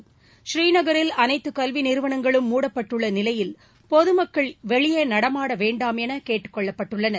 பூநீநகரில் அனைத்து கல்வி நிறுவனங்களும் மூடப்பட்டுள்ள நிலையில் பொது மக்கள் வெளியே நடமாட வேண்டாம் என கேட்டுக்கொள்ளப்பட்டுள்ளார்